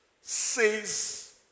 says